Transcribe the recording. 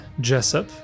Jessup